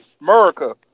America